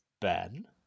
Ben